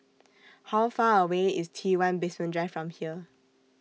How Far away IS T one Basement Drive from here